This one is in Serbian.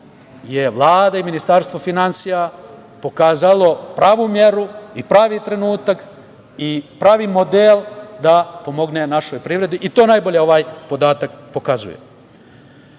su Vlada i Ministarstvo finansija pokazali pravu meru i pravi trenutak i pravi model da pomognu našoj privredi i to najbolje ovaj podatak pokazuje.